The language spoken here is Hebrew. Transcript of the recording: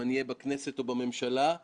מה שקשור לפיקוח על הבנקים